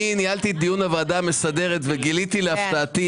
אני ניהלתי את דיון הוועדה המסדרת וגיליתי להפתעתי